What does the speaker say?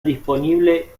disponible